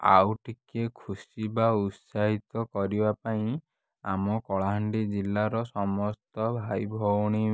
ଆଉ ଟିକେ ଖୁସି ବା ଉତ୍ସାହିତ କରିବା ପାଇଁ ଆମ କଳାହାଣ୍ଡି ଜିଲ୍ଲାର ସମସ୍ତ ଭାଇ ଭଉଣୀ